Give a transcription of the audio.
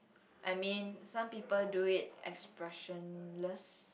I mean some people do it expressionless